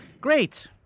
Great